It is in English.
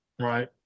right